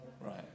Right